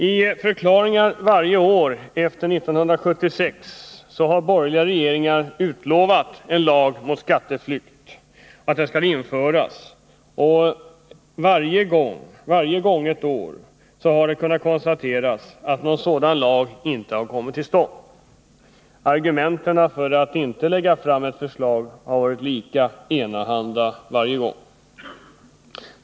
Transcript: I förklaringar varje år efter 1976 har borgerliga regeringar utlovat att en lag mot skatteflykt skall införas, och varje gånget år har det konstaterats att någon sådan lag inte kommit till stånd. Argumenten för att inte lägga fram ett förslag har varit enahanda varje gång.